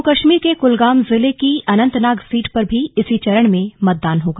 जम्मू कश्मीर के कुलगाम जिले की अनंतनाग सीट पर भी इसी चरण में मतदान होगा